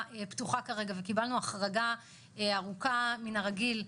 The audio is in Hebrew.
פתוחה כרגע וקיבלנו החרגה ארוכה מן הרגיל,